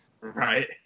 Right